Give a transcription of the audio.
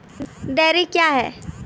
Dairy क्या हैं?